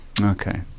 Okay